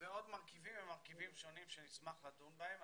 ועוד מרכיבים ממרכיבים שונים שנשמח לדון בהם.